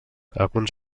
alguns